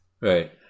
Right